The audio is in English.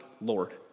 Lord